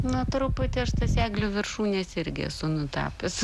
na truputį aš tas eglių viršūnėse irgi esu nutapius